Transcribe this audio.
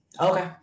Okay